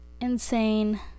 insane